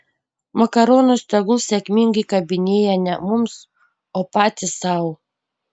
makaronus tegul sėkmingai kabinėja ne mums o patys sau